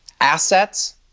assets